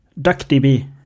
DuckDB